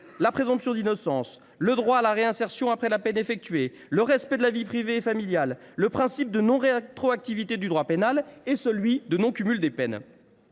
la présomption d’innocence, le droit à la réinsertion après la peine effectuée, le respect de la vie privée et familiale, le principe de non rétroactivité du droit pénal et celui de non cumul des peines.